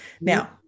Now